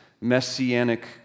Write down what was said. messianic